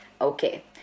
Okay